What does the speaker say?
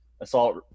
Assault